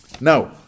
Now